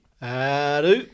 Hello